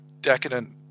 decadent